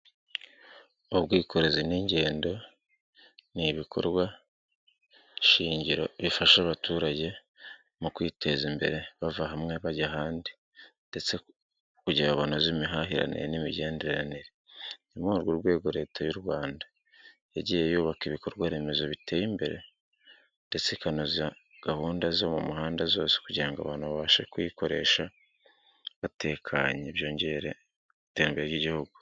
Ubwikorezi n'ingendo ni ibikorwa shingiro bifasha abaturage mu kwiteza imbere bava hamwe bajya ahandi ndetse banoze imihahiranire n'imigenderanire. Ni muri urwo rwego leta y'u Rwanda yagiye yubaka ibikorwa remezo biteye imbere ndetse ikanoza gahunda zo mu muhanda zose kugira ngo abantu babashe kuyikoresha batekanye byongere iterambere ry'igihugu.